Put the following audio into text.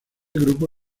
grupo